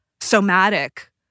somatic